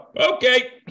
Okay